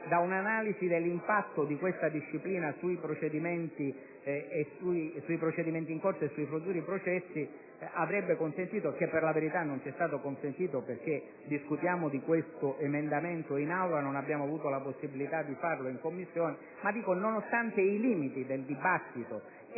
che un'analisi dell'impatto di questa disciplina sui procedimenti in corso e sui futuri processi avrebbe consentito, e per la verità non ci è stato consentito perché discutiamo di questo emendamento in Aula e non abbiamo avuto la possibilità di farlo in Commissione), nonostante i limiti del dibattito